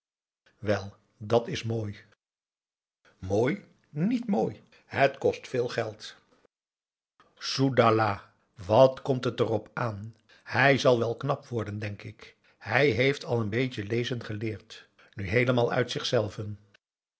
wel dat is mooi mooi niet mooi het kost veel geld soedahlah wat komt het erop aan hij zal wel knap worden denk ik hij heeft al n beetje lezen geleerd nu heelemaal uit zichzelven